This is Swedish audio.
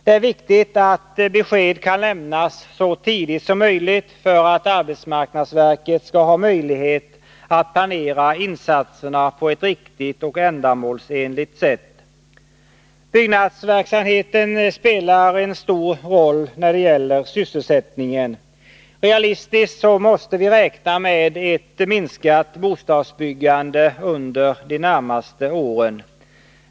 Det är viktigt att besked kan lämnas så tidigt som möjligt för att arbetsmarknadsverket skall ha möjlighet att planera insatserna på ett riktigt och ändamålsenligt sätt. Byggnadsverksamheten spelar en stor roll när det gäller sysselsättningen. Realistiskt måste vi räkna med ett minskat bostadsbyggande under de närmaste åren.